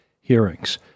hearings